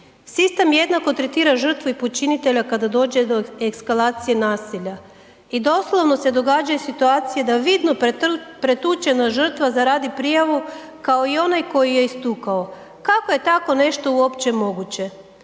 Sistem jednako tretira i žrtvu i počinitelja kada dođe do eskalacije nasilja i doslovno se događaju situacije da vidno pretučena žrtva zaradi prijavu kao i onaj koji ju je istukao. Kako je tako nešto uopće moguće?